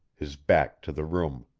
his back to the room.